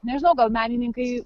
nežinau gal menininkai